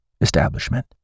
establishment